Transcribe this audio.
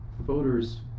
voters